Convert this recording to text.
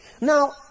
Now